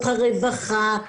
הרווחה,